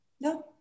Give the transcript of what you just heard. no